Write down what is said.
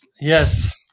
Yes